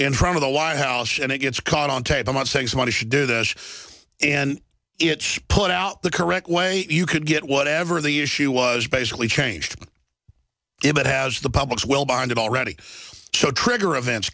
in front of the white house and it gets caught on tape i'm not saying somebody should do that and it should put out the correct way you could get whatever the issue was basically changed it has the public's well beyond it already so trigger events